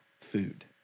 food